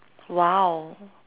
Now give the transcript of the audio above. !wow!